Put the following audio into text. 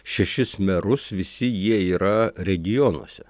šešis merus visi jie yra regionuose